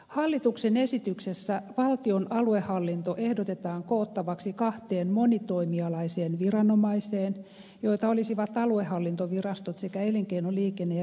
hallituksen esityksessä valtion aluehallinto ehdotetaan koottavaksi kahteen monitoimialaiseen viranomaiseen joita olisivat aluehallintovirastot sekä elinkeino liikenne ja ympäristökeskukset